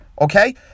Okay